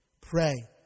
Pray